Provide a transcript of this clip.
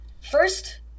first